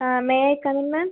may I come in ma'am